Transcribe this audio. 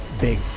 big